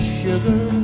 sugar